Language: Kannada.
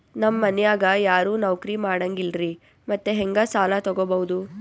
ನಮ್ ಮನ್ಯಾಗ ಯಾರೂ ನೌಕ್ರಿ ಮಾಡಂಗಿಲ್ಲ್ರಿ ಮತ್ತೆಹೆಂಗ ಸಾಲಾ ತೊಗೊಬೌದು?